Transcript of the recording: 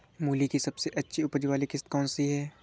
मूली की सबसे अच्छी उपज वाली किश्त कौन सी है?